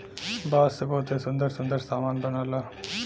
बांस से बहुते सुंदर सुंदर सामान बनला